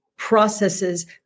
processes